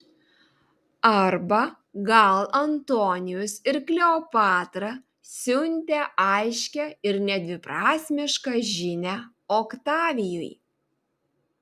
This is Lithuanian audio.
arba gal antonijus ir kleopatra siuntė aiškią ir nedviprasmišką žinią oktavijui